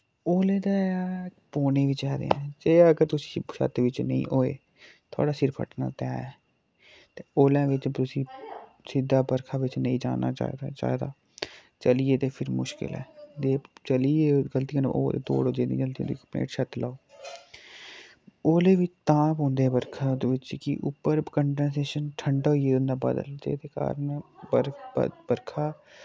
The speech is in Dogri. ओले ते पौने गै चाहिदे ऐं जे अगर तुस छत विच नेईं होए थोआड़ा सिर फटना ते ऐ ते ओलें विच तुसी सिद्दा बरखा बिच्च नेईं जाना चाहिदा चाहिदा चली गे ते फिर मुश्किल ऐ ते चली गे गल्ती कन्नै ओ दौड़ देनी जल्दी जल्दी अपने हेठ छत लाओ ओले वी तां पौंदे बरखा दे बिच्च कि उप्पर कंडसेशन ठंडा होई दा होंदा बदल जेह्दे कारण बर बर बरखा